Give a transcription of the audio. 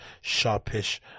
sharpish